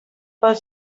pel